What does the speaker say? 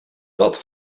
dat